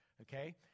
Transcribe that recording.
okay